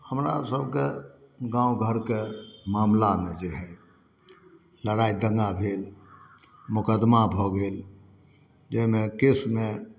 हमरासभके गाँव घरके मामिलामे जे हइ लड़ाइ दङ्गा भेल मोकदमा भऽ गेल जाहिमे केसमे